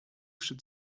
should